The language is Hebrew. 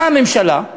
באה הממשלה,